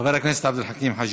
חבר הכנסת עבד אל חכים חאג'